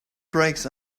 brakes